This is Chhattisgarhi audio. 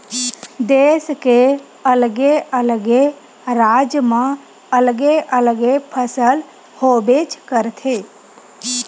देस के अलगे अलगे राज म अलगे अलगे फसल होबेच करथे